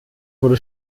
wurde